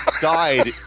died